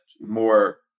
more